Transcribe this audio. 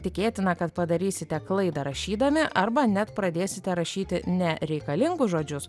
tikėtina kad padarysite klaidą rašydami arba net pradėsite rašyti ne reikalingus žodžius